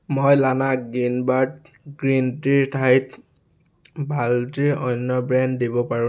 মই লানা Greenbird green টিৰ ঠাইত বাল্টিৰ অন্য ব্ৰেণ্ড দিব পাৰোঁনে